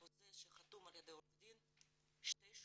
החוזה שחתום על ידי עורך דין, שתי שומות,